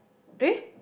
eh